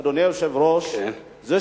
אדוני היושב-ראש, זו